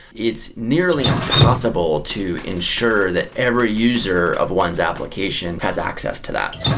it's nearly impossible to ensure that every user of one's application has access to that.